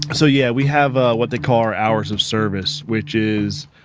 so yeah, we have ah what they call our hours of service, which is,